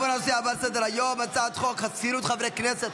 נעבור לנושא הבא על סדר-היום: הצעת חוק חסינות חברי הכנסת,